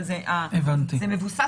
הבנתי.